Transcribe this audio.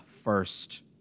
first